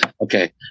okay